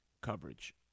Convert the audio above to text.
coverage